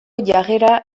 jarrera